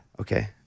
okay